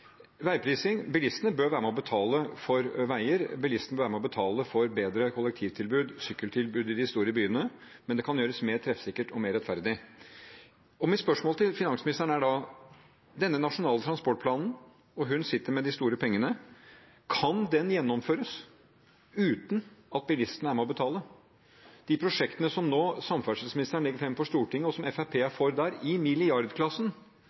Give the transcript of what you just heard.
Bilistene bør være med og betale for veier, bilistene bør være med og betale for bedre kollektivtilbud og sykkeltilbud i de store byene, men det kan gjøres mer treffsikkert og mer rettferdig. Mitt spørsmål til finansministeren er da – og hun sitter med de store pengene: Kan denne nasjonale transportplanen gjennomføres uten at bilistene er med og betaler? De prosjektene som samferdselsministeren nå legger fram for Stortinget – i milliardklassen – og som Fremskrittspartiet er